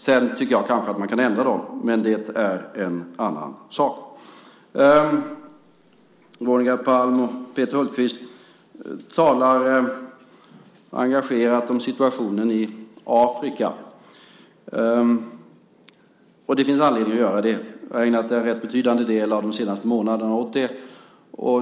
Sedan tycker jag kanske att man kan ändra dem, men det är en annan sak. Veronica Palm och Peter Hultqvist talar engagerat om situationen i Afrika, och det finns anledning att göra det. Jag har ägnat en rätt betydande del av de senaste månaderna åt det.